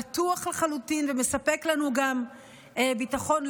בטוח לחלוטין ומספק לנו גם ביטחון,